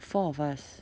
four of us